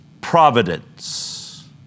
providence